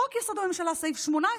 חוק-יסוד: הממשלה, סעיף 18,